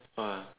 !wow!